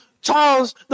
Charles